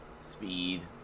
speed